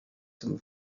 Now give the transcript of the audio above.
some